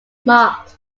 marked